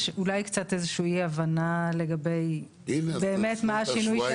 להביא כמה שיותר תעשיה ולחזק את הכלכלה ולחזק את הפריפריה פה,